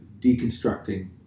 deconstructing